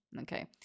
Okay